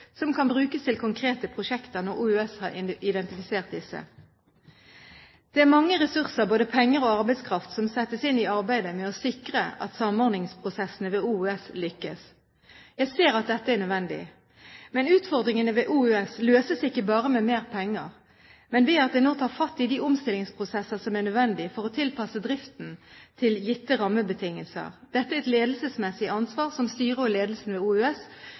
som kan brukes til konkrete prosjekter når Oslo universitetssykehus har identifisert disse. Det er mange ressurser, både penger og arbeidskraft, som settes inn i arbeidet med å sikre at samordningsprosessen ved Oslo universitetssykehus lykkes. Jeg ser at dette er nødvendig. Men utfordringene ved Oslo universitetssykehus løses ikke bare med mer penger, men ved at en nå tar fatt i de omstillingsprosesser som er nødvendig for å tilpasse driften til gitte rammebetingelser. Dette er et ledelsesmessig ansvar som styret og ledelsen ved